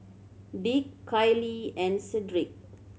Dick Kailee and Cedric